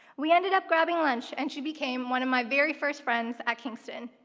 we ended up grabbing lunch and she became one of my very first friends at kingston.